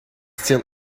still